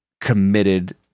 committed